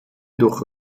durch